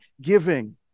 giving